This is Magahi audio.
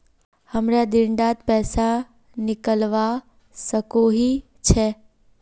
हमरा दिन डात पैसा निकलवा सकोही छै?